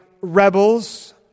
rebels